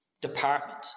department